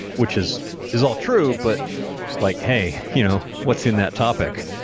which is is all true. but like, hey, you know what's in that topic?